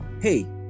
hey